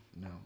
no